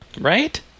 Right